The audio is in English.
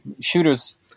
shooters